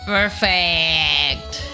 Perfect